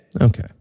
Okay